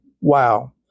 wow